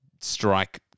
strike